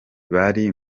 bari